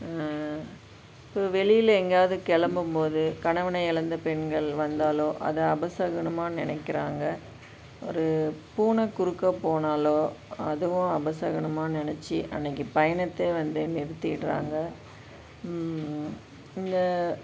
இப்போ வெளியில் எங்கேயாது கிளம்பும்போது கணவனை இழந்த பெண்கள் வந்தால் அதை அபசகுனமாக நினைக்கிறாங்க ஒரு பூனை குறுக்கே போனாலோ அதுவும் அபசகுனமாக நினச்சி அன்றைக்கி பயணத்தை வந்து நிறுத்திடுறாங்க இந்த